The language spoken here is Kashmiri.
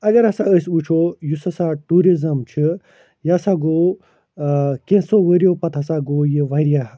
اگر ہَسا أسۍ وُچھو یُس ہَسا ٹیٛوٗرِزٕم چھُ یہِ ہَسا گوٚو ٲں کیٚنٛژو ؤریو پتہٕ ہَسا گوٚو یہِ واریاہ